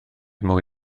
mwy